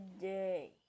day